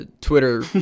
Twitter